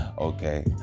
okay